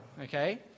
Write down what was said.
okay